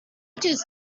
just